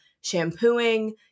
shampooing